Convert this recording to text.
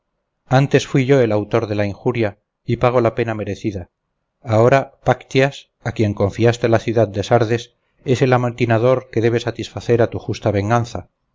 antes fui yo el autor d e la injuria y pago la pena merecida ahora páctyas a quien confiaste la ciudad de sardes es el amotinador que debe satisfacer a tu justa venganza